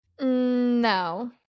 No